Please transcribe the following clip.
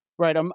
Right